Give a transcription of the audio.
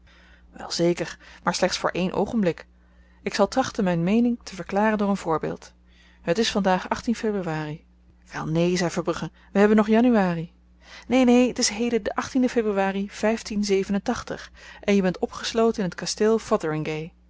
wel zeker maar slechts voor één oogenblik ik zal trachten myn meening te verklaren door een voorbeeld het is vandaag februari wel neen zei verbrugge we hebben nog januari neen neen het is heden de de februari en je bent opgesloten in t kasteel